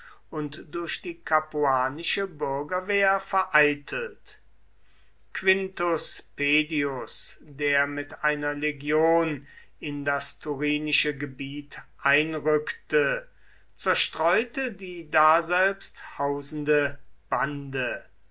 und durch die capuanische bürgerwehr vereitelt quintus pedius der mit einer legion in das thurinische gebiet einrückte zerstreute die daselbst hausende bande